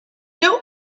know